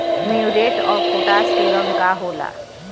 Muriate of potash के रंग का होला?